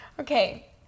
Okay